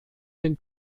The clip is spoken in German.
den